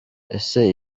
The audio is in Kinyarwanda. ese